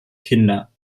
kinder